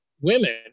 women